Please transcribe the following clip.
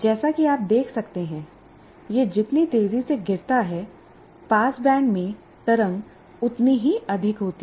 जैसा कि आप देख सकते हैं यह जितनी तेज़ी से गिरता है पासबैंड में तरंग उतनी ही अधिक होती है